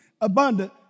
abundant